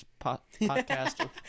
Podcaster